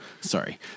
Sorry